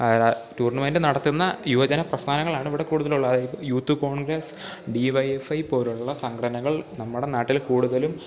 tournament നടത്തുന്ന യുവജന പ്രസ്ഥാനങ്ങളാണ് ഇവിടെ കൂടുതലുള്ള അത് youth Congress D Y F I പോലുള്ള സംഘടനകൾ നമ്മുടെ നാട്ടിൽ കൂടുതലും